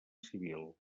civil